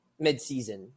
midseason